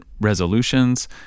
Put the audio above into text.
resolutions